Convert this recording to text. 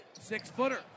Six-footer